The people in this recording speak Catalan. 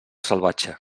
salvatge